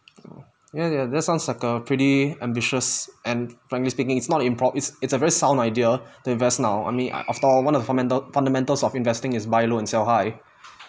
oh ya ya that sounds like a pretty ambitious and frankly speaking it's not improp~ it's it's a very sound idea to invest now I mean after all one of the fundamental fundamentals of investing is buy low and sell high